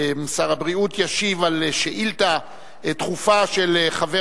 שר הבריאות ישיב על שאילתא דחופה של חבר